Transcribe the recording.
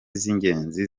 z’ingenzi